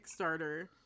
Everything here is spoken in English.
Kickstarter